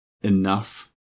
enough